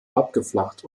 abgeflacht